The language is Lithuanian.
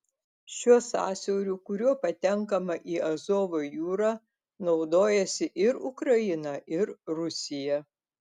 šiuo sąsiauriu kuriuo patenkama į azovo jūrą naudojasi ir ukraina ir rusija